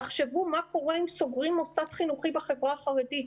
תחשבו מה קורה אם סוגרים מוסד חינוכי בחברה החרדית.